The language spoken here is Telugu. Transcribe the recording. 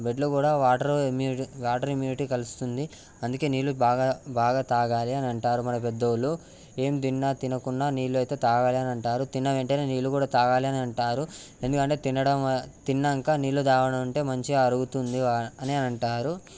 బ్లడ్లో కూడా వాటర్ ఇమ్మ్యూ వాటర్ ఇమ్మ్యూనిటీ కలుస్తుంది అందుకే నీళ్ళు బాగా బాగా తాగాలి అని అంటారు మన పెద్ద వాళ్ళు ఏమి తిన్నా తినకున్నా నీళ్ళు అయితే తాగాలి అని అంటారు తిన్న వెంటనే నీరు కూడా తాగాలి అని అంటారు ఎందుకంటే తినడం తిన్నాక నీళ్ళు తాగడం అంటే మంచిగా అరుగుతుంది అని అంటారు